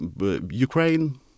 Ukraine